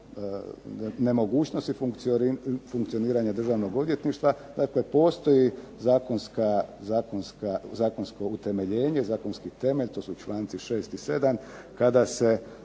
nemogućnosti funkcioniranja državnog odvjetništva postoji zakonsko utemeljenje zakonski temelj to su članci 6. i 7. kada se